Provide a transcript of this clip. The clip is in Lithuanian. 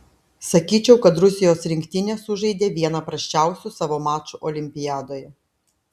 sakyčiau kad rusijos rinktinė sužaidė vieną prasčiausių savo mačų olimpiadoje